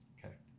Correct